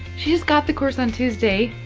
she just got the course on tuesday,